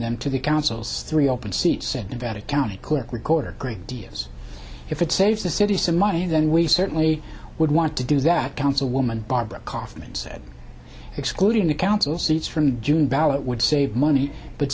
them to the council's three open seats and about a county clerk recorder great ideas if it saves the city some money then we certainly would want to do that councilwoman barbara kaufman said excluding the council seats from the june ballot would save money but